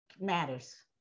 matters